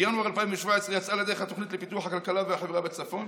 בינואר 2017 יצאה לדרך התוכנית לפיתוח הכלכלה והחברה בצפון